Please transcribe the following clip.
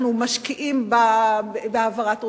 אנחנו משקיעים בהעברת רופאים,